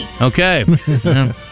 Okay